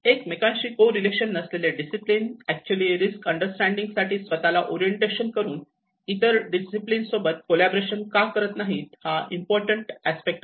एकमेकांशी कोरिलेशन नसलेले discipline actually risk understanding साठी स्वतःला ओरिएंटेशन करून इतर डिसिप्लिन सोबत कोलॅबोरेशन करत नाहीत हा इम्पॉर्टंट अस्पेक्ट आहे